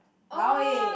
lao eh